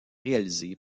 réalisé